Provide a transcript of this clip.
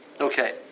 Okay